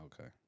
Okay